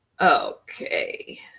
Okay